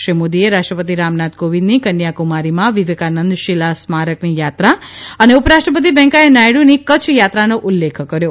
શ્રી મોદીએ રાષ્ટ્રપતિ રામનાથ કોવિંદની કન્યાકુમારીમાં વિવેકાનંદ શીલા સ્મારકની યાત્રા અને ઉપરાષ્ટ્રપતિ વેંકૈયા નાયડુની કચ્છ યાત્રાનો ઉલ્લેખ કર્યો